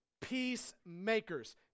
peacemakers